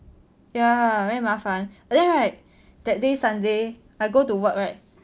ya very 麻烦 but then right that day sunday I go to work right